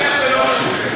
אדוני השר.